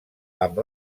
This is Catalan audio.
amb